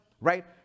right